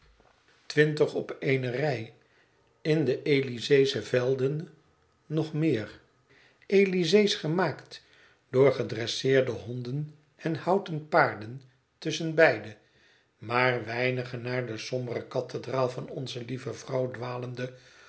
twintig op eene rij in de elyseesche velden nog meer elyseesch gemaakt door gedresseerde honden en houten paarden tusschenbeide maar weinigen naar de sombere kathedraal van onze lieve vrouw dwalende